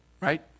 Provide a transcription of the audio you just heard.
right